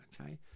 Okay